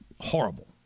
horrible